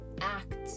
act